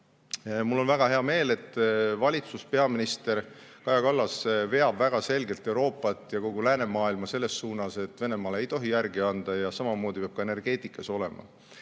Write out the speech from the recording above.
Mul on väga hea meel, et valitsus, peaminister Kaja Kallas veab väga selgelt Euroopat ja kogu läänemaailma selles suunas, et Venemaale ei tohi järgi anda. Samamoodi peab ka energeetikas olema.